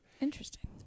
interesting